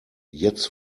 jetzt